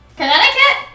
Connecticut